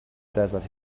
desert